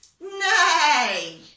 Nay